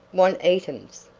want eatums.